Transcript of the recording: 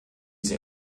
sie